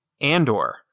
Andor